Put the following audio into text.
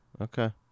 Okay